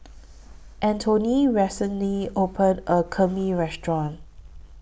Antione recently opened A New Kheema Restaurant